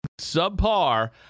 subpar